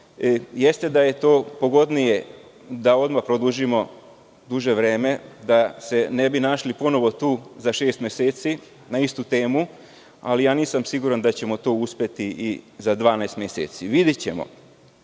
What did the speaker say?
Jeste da je to pogodnije, da odmah produžimo na duže vreme, da se ne bismo našli ponovo tu za šest meseci na istu temu, ali nisam siguran da ćemo to uspeti i za 12 meseci. Mnogi